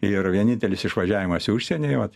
ir vienintelis išvažiavimas į užsienį vat